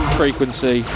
frequency